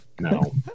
No